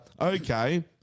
okay